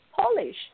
Polish